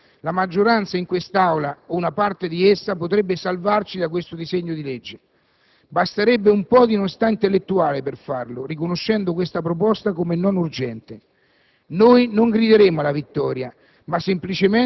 Per questo credo che, con un adeguato atto di coraggio, la maggioranza in quest'Aula, o una parte di essa, potrebbe salvarci da questo disegno di legge; basterebbe un po' di onestà intellettuale per farlo, riconoscendo questa proposta come non urgente.